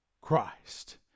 Christ